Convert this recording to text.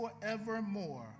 forevermore